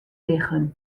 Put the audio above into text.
lichem